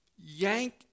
yank